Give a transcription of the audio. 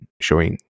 showing